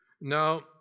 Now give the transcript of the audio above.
now